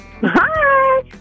Hi